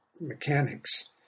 mechanics